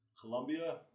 Colombia